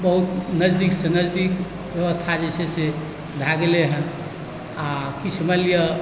बहुत नजदीकसँ नजदीक व्यवस्था जे छै से भए गेलै हँ आओर किछु मानि लिअ